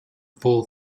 full